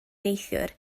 neithiwr